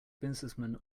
businessmen